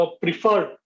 preferred